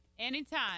Anytime